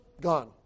gone